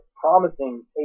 Promising